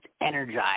energized